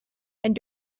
and